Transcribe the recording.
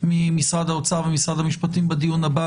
ממשרד האוצר וממשרד המשפטים בדיון הבא,